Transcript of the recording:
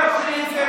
אבל אולי תדחי את זה,